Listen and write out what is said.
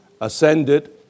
ascended